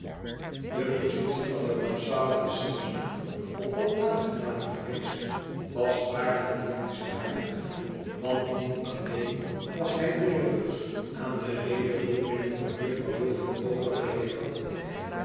de positie van den rampzaligen sampson op dat aangename feest was waarlijk deemiswaardig want niet alleen was hij weerloos aan de redevoeringen van juffrouw wilfer overgeleverd